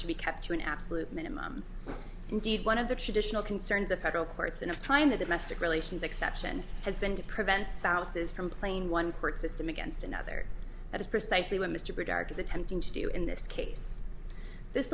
should be kept to an absolute minimum indeed one of the traditional concerns of federal courts and of trying the domestic relations exception has been to prevent spouses from playing one court system against another that is precisely what mr dark is attempting to do in this case this